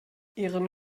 ihren